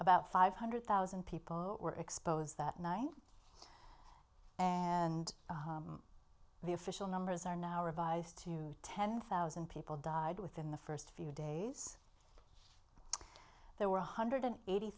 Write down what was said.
about five hundred thousand people were exposed that night and the official numbers are now revised to ten thousand people died within the first few days there were one hundred eighty